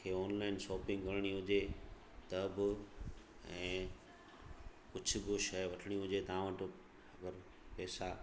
तव्हांखे online shopping करिणी हुजे त बि ऐं कुझु बि शइ वठिणी हुजे तव्हां वटि पैसा